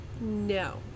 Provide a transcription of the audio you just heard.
No